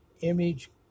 image